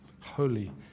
holy